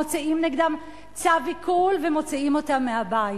מוציאים נגדם צו עיקול ומוציאים אותם מהבית.